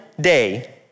day